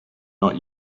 not